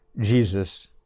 Jesus